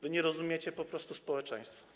Wy nie rozumiecie po prostu społeczeństwa.